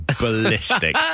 ballistic